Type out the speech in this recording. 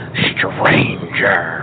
stranger